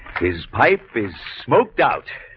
his pipe is smoked out